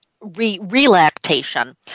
relactation